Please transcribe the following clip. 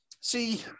See